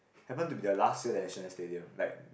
happen to be the last year at National Stadium like